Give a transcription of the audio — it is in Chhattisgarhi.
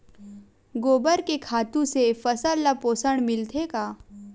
गोबर के खातु से फसल ल पोषण मिलथे का?